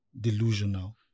delusional